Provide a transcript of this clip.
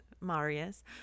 Marius